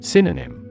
Synonym